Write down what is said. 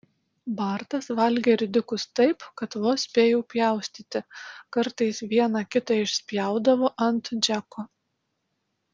bartas valgė ridikus taip kad vos spėjau pjaustyti kartais vieną kitą išspjaudavo ant džeko